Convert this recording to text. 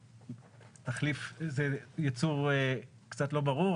במסגרת תחליף זה ייצור קצת לא ברור,